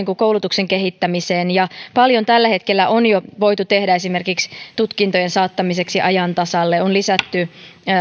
kuin koulutuksen kehittämiseen paljon tällä hetkellä on jo voitu tehdä esimerkiksi tutkintojen saattamiseksi ajan tasalle on lisätty